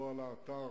לא על האתר,